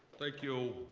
thank you,